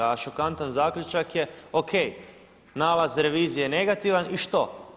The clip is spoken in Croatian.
A šokantan zaključak je ok, nalaz revizije je negativan i što?